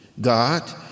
God